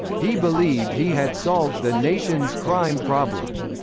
he believed he had solved the nation's crime problem.